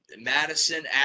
Madison